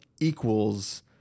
equals